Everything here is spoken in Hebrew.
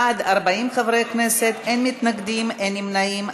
בעד, 40 חברי כנסת, אין מתנגדים, אין נמנעים.